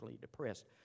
depressed